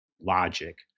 logic